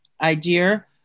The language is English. idea